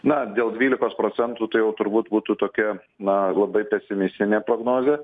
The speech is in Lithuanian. na dėl dvylikos procentų tai jau turbūt būtų tokia na labai pesimistinė prognozė